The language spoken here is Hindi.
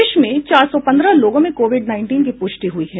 देश में चार सौ पंद्रह लोगों में कोविड उन्नीस की प्रष्टि हुई है